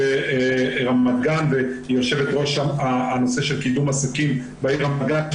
ברמת גן ויושבת-ראש הנושא של קידום עסקים בעיר רמת גן.